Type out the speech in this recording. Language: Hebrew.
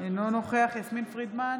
אינו נוכח יסמין פרידמן,